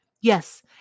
Yes